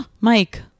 Mike